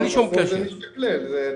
בסוף זה משתקלל.